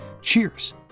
cheers